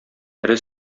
эре